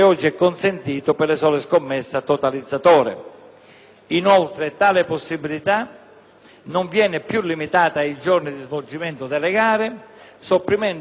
inoltre, tale possibilità non viene più limitata ai giorni di svolgimento delle gare, sopprimendo quindi ogni vincolo temporale.